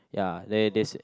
ya they they sa~